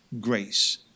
grace